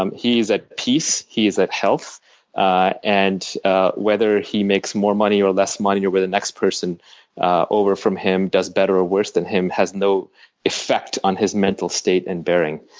um he's at peace, he is at health and whether he makes more money or less money or whether the next person over from him does better or worse than him has no effect on his mental state and bearing.